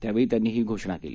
त्यावेळीत्यांनीहीघोषणाकेली